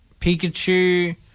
Pikachu